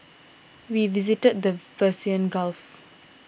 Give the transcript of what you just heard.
we visited the Persian Gulf